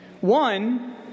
One